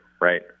Right